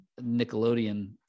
Nickelodeon